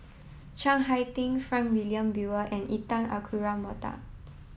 Chiang Hai Ding Frank Wilmin Brewer and Intan Azura Mokhtar